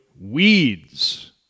weeds